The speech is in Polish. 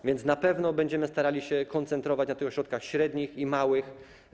A więc na pewno będziemy starali się koncentrować na tych ośrodkach średnich i małych.